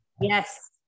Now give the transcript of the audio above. Yes